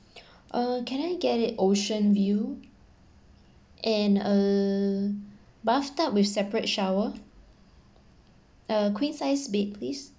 uh can I get it ocean view and a bathtub with separate shower uh queen size bed please